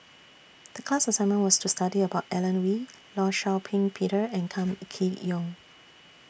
The class assignment was to study about Alan Oei law Shau Ping Peter and Kam Kee Yong